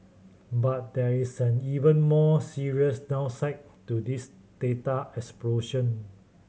but there is an even more serious downside to this data explosion